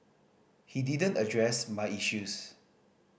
he didn't address my issues